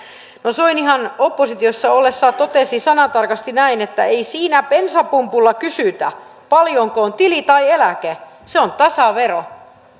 soinihan oppositiossa ollessaan totesi sanatarkasti näin että ei siinä bensapumpulla kysytä paljonko on tili tai eläke se on tasavero